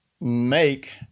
make